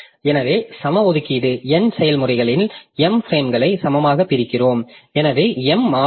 எனவே சம ஒதுக்கீடு n செயல்முறைகளில் m பிரேம்களை சமமாக பிரிக்கிறோம் எனவே m ஆல் n